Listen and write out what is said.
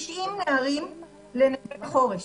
90 נערים ל"נווה חורש".